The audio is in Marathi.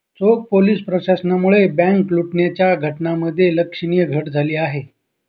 चोख पोलीस प्रशासनामुळे बँक लुटण्याच्या घटनांमध्ये लक्षणीय घट झाली आहे